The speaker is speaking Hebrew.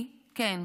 היא, כן,